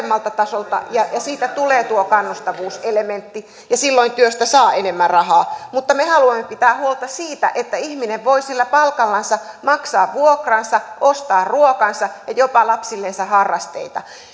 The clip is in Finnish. matalammalta tasolta ja siitä tulee tuo kannustavuuselementti ja silloin työstä saa enemmän rahaa mutta me haluamme pitää huolta siitä että ihminen voi sillä palkallansa maksaa vuokransa ostaa ruokansa ja jopa lapsillensa harrasteita